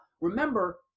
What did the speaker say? Remember